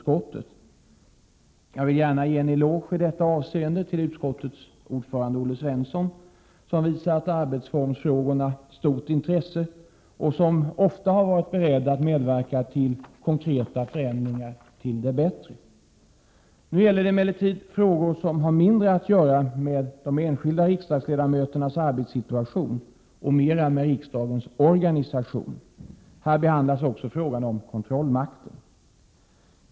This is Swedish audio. Jag vill gärna ge en eloge i detta avseende till utskottets ordförande Olle Svensson, som visat arbetsformsfrågorna stort intresse och som ofta varit beredd att medverka till konkreta förändringar till det bättre. Nu gäller det emellertid frågor som har mindre att göra med enskilda riksdagsledamöters arbetssituation och mera med riksdagens organisation. Här behandlas också frågan om kontrollmakten.